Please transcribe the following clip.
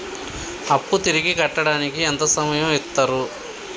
అప్పు తిరిగి కట్టడానికి ఎంత సమయం ఇత్తరు?